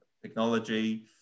technology